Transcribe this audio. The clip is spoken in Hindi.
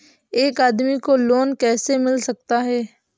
एक आदमी को लोन कैसे मिल सकता है?